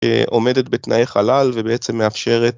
עומדת בתנאי חלל ובעצם מאפשרת...